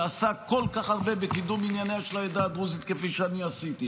שעשה כל כך הרבה בקידום ענייניה של העדה הדרוזית כפי שאני עשיתי.